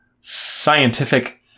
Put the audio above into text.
scientific